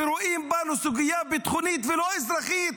זה כי רואים בנו סוגיה ביטחונית ולא אזרחית,